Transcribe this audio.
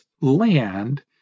land